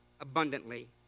abundantly